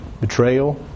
betrayal